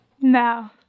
No